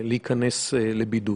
להיכנס לבידוד.